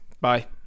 Bye